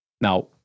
now